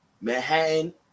manhattan